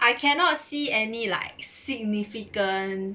I cannot see any like significant